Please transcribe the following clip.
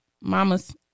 mamas